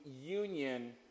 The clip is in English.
union